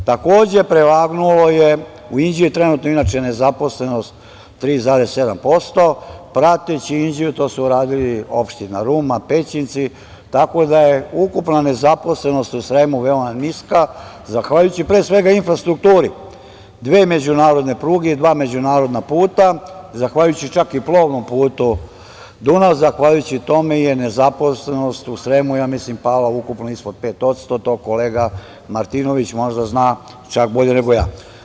U Inđiji je trenutna nezaposlenost 3,7%, prateći Inđiju, to su uradile opština Ruma, Pećinci, tako da je ukupna nezaposlenost u Sremu veoma niska, zahvaljujući pre svega infrastrukturi: dve međunarodne pruge i dva međunarodna puta, zahvaljujući čak i plovnom putu Dunav, zahvaljujući tome je nezaposlenost u Sremu ja mislim pala ukupno ispod 5%, to kolega Martinović zna čak bolje nego ja.